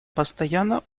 постоянно